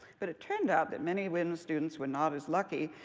but it turned out that many women students were not as lucky,